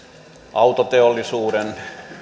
autoteollisuuden